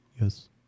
Yes